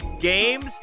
games